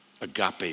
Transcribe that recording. Agape